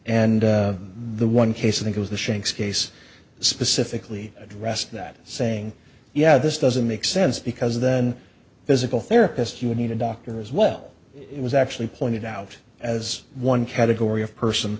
and the one case i think was the shanks case specifically addressed that saying yeah this doesn't make sense because then physical therapist you would need a doctor as well it was actually pointed out as one category of person